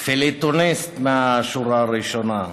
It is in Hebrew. פיליטוניסט מהשורה הראשונה.